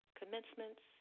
commencements